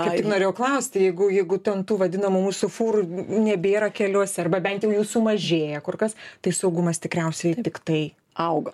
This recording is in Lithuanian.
kaip tik norėjau klaus tai jeigu jeigu ten tų vadinamų mūsų fūrų nebėra keliuose arba bent jau jų sumažėję kur kas tai saugumas tikriausiai tiktai auga